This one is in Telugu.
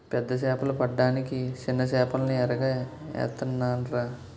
పెద్ద సేపలు పడ్డానికి సిన్న సేపల్ని ఎరగా ఏత్తనాన్రా